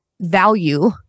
value